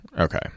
okay